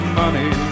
money